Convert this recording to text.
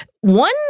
One